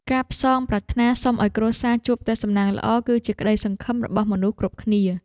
ការផ្សងប្រាថ្នាសុំឱ្យគ្រួសារជួបតែសំណាងល្អ គឺជាក្តីសង្ឃឹមរបស់មនុស្សគ្រប់គ្នា។